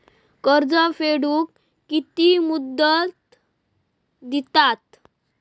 कर्ज फेडूक कित्की मुदत दितात?